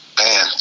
man